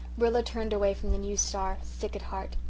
rilla turned away from the new star, sick at heart.